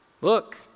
look